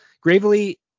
gravely